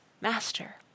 Master